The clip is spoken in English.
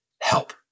help